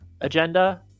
agenda